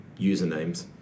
usernames